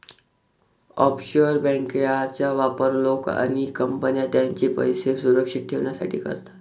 offshore बँकांचा वापर लोक आणि कंपन्या त्यांचे पैसे सुरक्षित ठेवण्यासाठी करतात